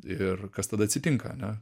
ir kas tada atsitinka ane